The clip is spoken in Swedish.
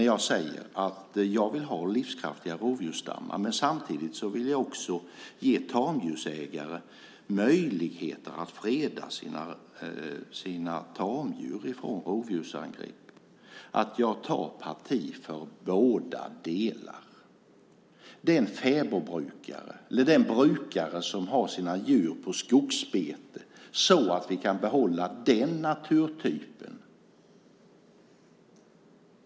Jag vill ha livskraftiga rovdjursstammar, men samtidigt vill jag ge tamdjursägare möjlighet att freda sina tamdjur från rovdjursangrepp. Jag tar parti för båda delarna. Jag tänker på den brukare som har sina djur på skogsbete, så att vi kan behålla den naturtypen.